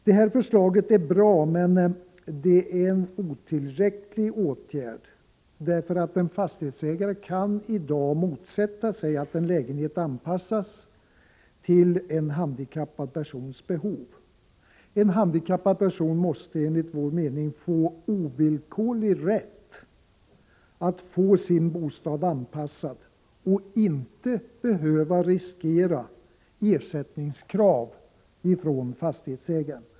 Detta förslag är bra, men otillräckligt. En fastighetsägare kan nämligen i dag motsätta sig att en lägenhet anpassas till en handikappad persons behov. En handikappad person måste enligt vår mening ges ovillkorlig rätt att få sin bostad anpassad och skall inte behöva riskera ersättningskrav från fastighetsägaren.